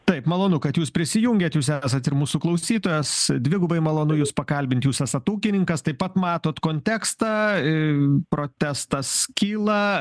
taip malonu kad jūs prisijungėt jūs esat ir mūsų klausytojas dvigubai malonu jus pakalbint jūs esat ūkininkas taip pat matot kontekstą į protestas kyla